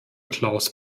klaus